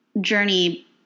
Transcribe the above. journey